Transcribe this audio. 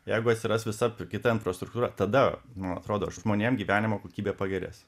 jeigu atsiras visa kita infrastruktūra tada man atrodo žmonėm gyvenimo kokybė pagerės